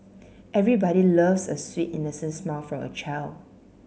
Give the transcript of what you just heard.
everybody loves a sweet innocent smile from a child